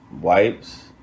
wipes